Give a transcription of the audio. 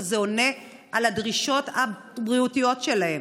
שזה עונה על הדרישות הבריאותיות שלהם,